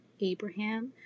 Abraham